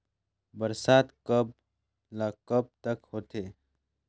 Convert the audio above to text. बरसात कब ल कब तक होथे?